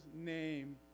name